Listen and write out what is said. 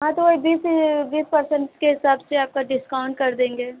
हाँ तो वही बीस बीस परसेन्ट के हिसाब से आपका डिस्काउन्ट कर देंगे